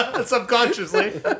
Subconsciously